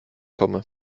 komme